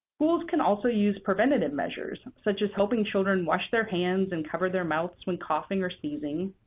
schools can also use preventative measures such as helping children wash their hands and cover their mouths when coughing or sneezing,